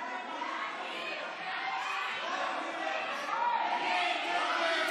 ההצעה להעביר את הצעת חוק הביטוח